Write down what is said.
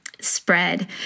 spread